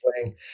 playing